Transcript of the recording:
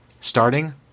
starting